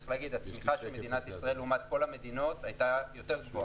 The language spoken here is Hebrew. צריך להגיד שהצמיחה של מדינת ישראל לעומת כל המדינות הייתה יותר גבוהה.